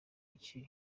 iki